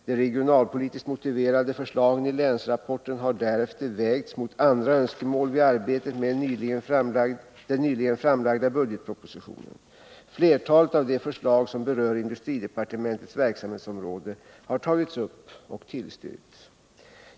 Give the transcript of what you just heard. De regionalpolitiskt motiverade förslagen i länsrapporten har därefter vägts mot andra önskemål vid arbetet med den nyligen framlagda budgetpropositionen. Flertalet av de förslag som berör industridepartementets verksamhetsområde har tagits upp och tillstyrkts.